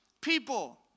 people